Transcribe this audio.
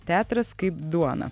teatras kaip duona